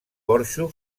porxo